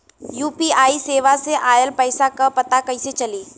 UPI सेवा से ऑयल पैसा क पता कइसे चली?